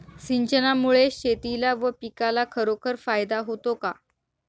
सिंचनामुळे शेतीला व पिकाला खरोखर फायदा होतो का?